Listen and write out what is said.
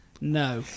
No